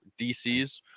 DCs